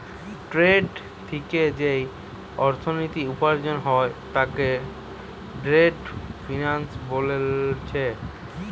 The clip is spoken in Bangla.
ট্রেড থিকে যেই অর্থনীতি উপার্জন হয় তাকে ট্রেড ফিন্যান্স বোলছে